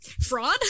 Fraud